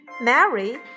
Mary